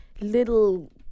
little